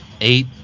eight